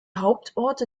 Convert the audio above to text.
hauptorte